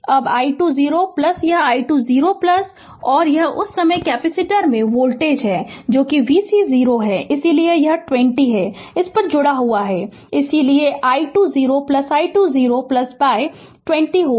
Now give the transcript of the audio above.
अब i2 0 यह i2 0 है और उस समय कैपेसिटर में वोल्टेज जो कि vc 0 है इसलिए यह 20 है इस पर जुड़ा हुआ है इसलिए i2 0 i2 0 बाय 20 होगा